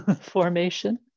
formation